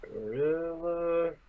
gorilla